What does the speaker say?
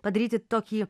padaryti tokį